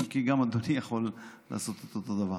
אם כי גם אדוני יכול לעשות את אותו דבר.